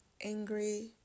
angry